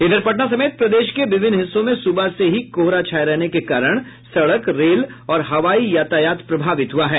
इधर पटना समेत प्रदेश के विभिन्न हिस्सों में सुबह से ही कोहरा छाये रहने के कारण सड़क रेल और हवाई यातायात प्रभावित हुआ है